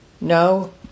No